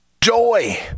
Joy